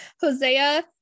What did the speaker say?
hosea